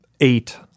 Eight